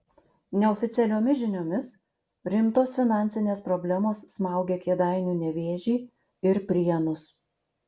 neoficialiomis žiniomis rimtos finansinės problemos smaugia kėdainių nevėžį ir prienus